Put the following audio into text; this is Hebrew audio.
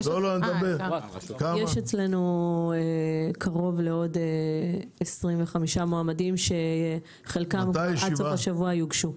יש אצלנו קרוב ל-25 מועמדים שחלקם עד סוף השבוע יוגשו.